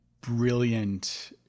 brilliant –